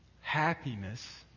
happiness